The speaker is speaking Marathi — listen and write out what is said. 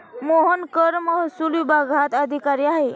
मोहन कर महसूल विभागात अधिकारी आहे